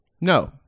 No